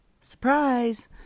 Surprise